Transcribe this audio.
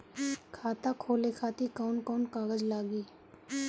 खाता खोले खातिर कौन कौन कागज लागी?